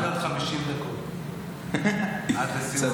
אפשר מעל 50 דקות, עד סיום המליאה.